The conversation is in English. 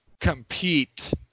compete